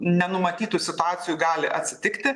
nenumatytų situacijų gali atsitikti